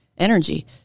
Energy